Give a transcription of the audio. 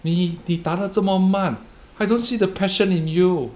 你你答得这么慢 I don't see the passion in you